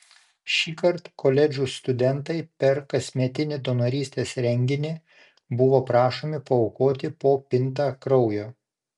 šįkart koledžų studentai per kasmetinį donorystės renginį buvo prašomi paaukoti po pintą kraujo